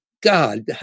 God